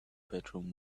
bedroom